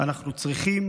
אנחנו צריכים